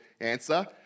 answer